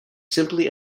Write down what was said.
simply